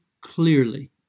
clearly